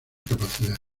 capacidad